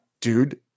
dude